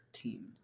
team